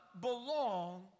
belong